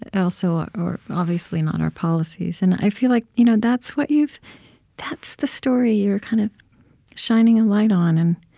also, or obviously not our policies. and i feel like you know that's what you've that's the story you're kind of shining a light on, and